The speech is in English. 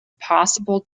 possible